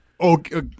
Okay